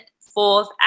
fourth